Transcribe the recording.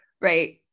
right